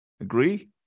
Agree